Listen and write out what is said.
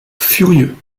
furieux